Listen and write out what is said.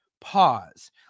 pause